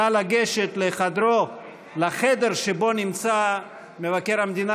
נא לגשת לחדר שבו נמצא מבקר המדינה